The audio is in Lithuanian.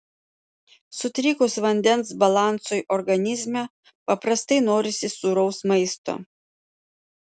sutrikus vandens balansui organizme paprastai norisi sūraus maisto